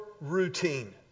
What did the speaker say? routine